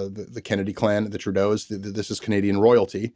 ah the the kennedy clan the trudeau's that this is canadian royalty